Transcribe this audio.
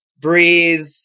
breathe